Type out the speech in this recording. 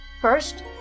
First